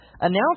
announce